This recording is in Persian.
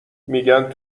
میگن